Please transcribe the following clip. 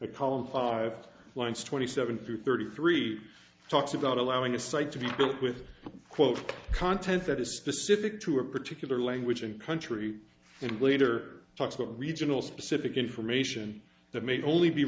column five lines twenty seven through thirty three talks about allowing a site to be built with quote content that is specific to a particular language and country and later talks about regional specific information that may only be